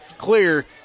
clear